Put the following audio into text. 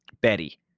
Betty